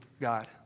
God